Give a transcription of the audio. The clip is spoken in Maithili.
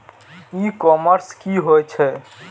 ई कॉमर्स की होए छै?